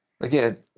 again